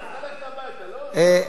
אני רוצה ללכת הביתה, גאלב,